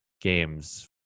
games